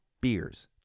beers